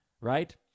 right